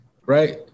right